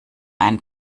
einen